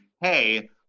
hey